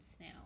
now